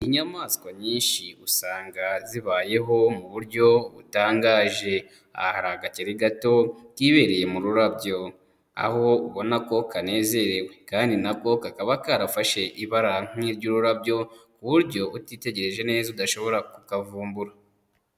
Inyamaswa nyinshi usanga zibayeho mu buryo butangaje. Aha hari agakeri gato kibereye mu rurabyo aho ubona ko kanezerewe, kandi na ko kakaba karafashe ibara nk'iry'ururabyo ku buryo utitegereje neza udashobora kukavumbura.